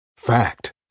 Fact